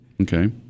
Okay